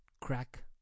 crack